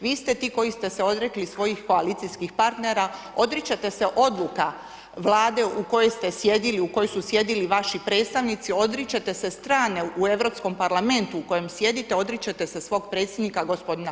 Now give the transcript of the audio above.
Vi ste ti koji ste se odrekli svojih koalicijskih partnera, odričete se odluka Vlade u kojoj ste sjedili, u kojoj su sjedili vaši predstavnici, odričete se strane u Europskom parlamentu u kojem sjedite, odričete se svog predsjednika gospodina